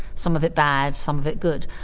some of it bad, some of it good.